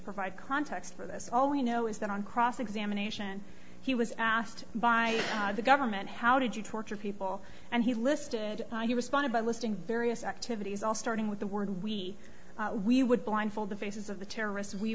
provide context for this all we know is that on cross examination he was asked by the government how did you torture people and he listed he responded by listing various activities all starting with the word we we would blindfold the faces of the terrorists we